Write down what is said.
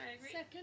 Second